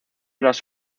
las